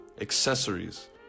accessories